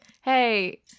hey